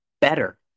better